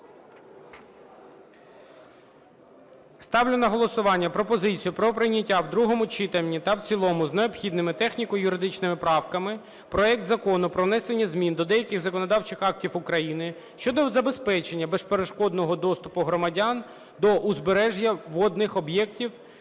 Ставлю на голосування пропозицію про прийняття в другому читанні та в цілому з необхідними техніко-юридичними правками проект Закону про внесення змін до деяких законодавчих актів України щодо забезпечення безперешкодного доступу громадян до узбережжя водних об'єктів